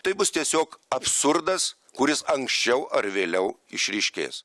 tai bus tiesiog absurdas kuris ankščiau ar vėliau išryškės